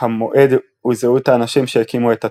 המועד וזהות האנשים שהקימו את התנועה,